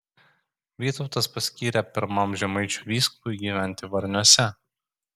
vytautas paskyrė pirmam žemaičių vyskupui gyventi varniuose